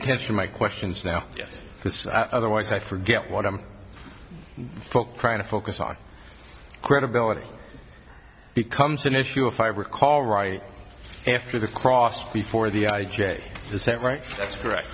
attention my questions now yes because otherwise i forget what i'm trying to focus on credibility becomes an issue if i recall right after the cross before the i j a descent right that's correct